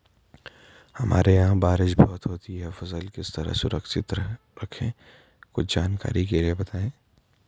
हमारे यहाँ बारिश बहुत होती है फसल किस तरह सुरक्षित रहे कुछ जानकारी के लिए बताएँ?